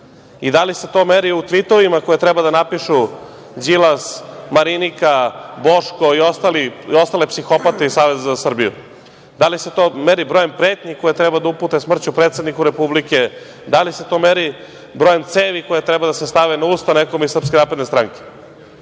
Da li se to meri u tvitovima koje treba da napišu Đilas, Marinika, Boško i ostale psihopate iz Saveza za Srbiju? Da li se to meri brojem pretnji koje treba da upute smrću predsedniku Republike? Da li se to meri brojem cevi koje treba da se stave na usta nekome iz SNS?Dokle će više